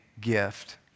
gift